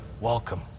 welcome